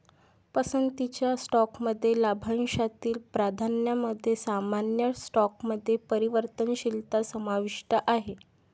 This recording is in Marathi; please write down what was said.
पसंतीच्या स्टॉकमध्ये लाभांशातील प्राधान्यामध्ये सामान्य स्टॉकमध्ये परिवर्तनशीलता समाविष्ट आहे